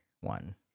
one